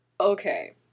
Okay